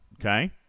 Okay